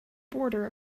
border